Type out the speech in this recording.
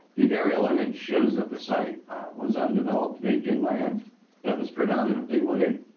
the aerial image shows that the site was undeveloped, vacant land that was predominantly wooded.